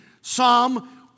Psalm